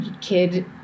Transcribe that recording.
kid